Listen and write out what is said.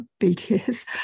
BTS